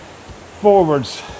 forwards